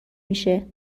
میشه